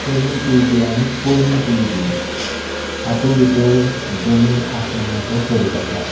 तरणी पिळगी आनी पोरणी पिळगी हातूंत भितर जमीन आसमानाचो फरक आसा